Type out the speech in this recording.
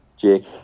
Jake